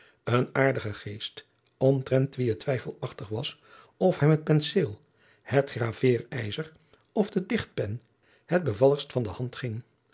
een aardigen geest omtrent wien het twijfelachtig was of hem het penseel het graveerijzer of de dichtpen het bevalligst van de hand ging